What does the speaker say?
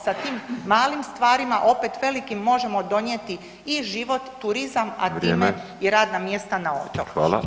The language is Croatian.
Sa tim malim stvarima opet velikim, možemo donijeti i život, turizam a time i radna mjesta na otoku.